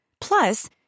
Plus